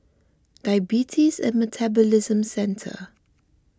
Diabetes and Metabolism Centre